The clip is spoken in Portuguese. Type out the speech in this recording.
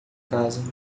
casa